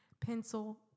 pencil